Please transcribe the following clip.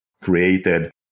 created